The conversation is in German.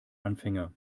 anfänger